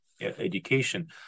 education